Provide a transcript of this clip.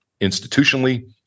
institutionally